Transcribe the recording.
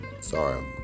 Sorry